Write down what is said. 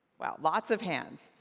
wow, lots of hands.